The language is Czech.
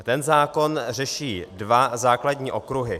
Ten zákon řeší dva základní okruhy.